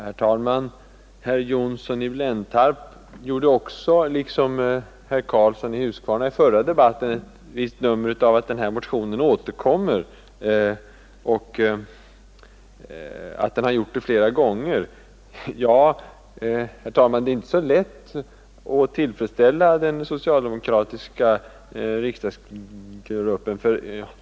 Herr talman! Herr Johnsson i Blentarp gjorde, liksom herr Karlsson i Huskvarna i den förra debatten, ett stort nummer av att den här motionen återkommer och att den har gjort det flera gånger. Ja, herr talman, det är inte så lätt att tillfredsställa den socialdemokratiska riksdagsgruppen.